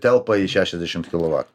telpa į šešiasdešimt kilovat